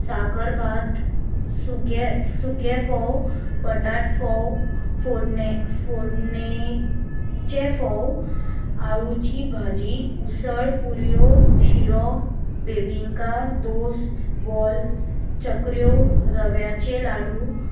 साकर भात सुके सुके फोव बटाट फोव फोडणे फोडणेचे फोव आळूची भाजी उसळ पुऱ्यो शिरो बेबिंका दोस बॉल चकऱ्यो रव्याचे लाडू